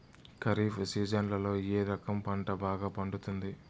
ఖరీఫ్ సీజన్లలో ఏ రకం పంట బాగా పండుతుంది